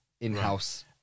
in-house